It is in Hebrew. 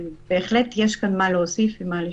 ובהחלט יש כאן מה להוסיף ומה לשפר.